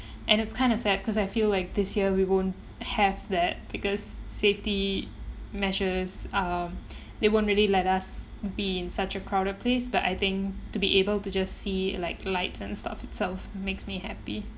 and it's kind of sad because I feel like this year we won't have that because safety measures um they won't really let us be in such a crowded place but I think to be able to just see like lights and stuff itself makes me happy